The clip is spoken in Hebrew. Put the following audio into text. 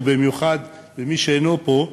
ובמיוחד למי שאינו פה,